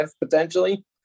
potentially